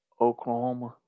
Oklahoma